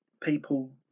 people